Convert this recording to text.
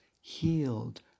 healed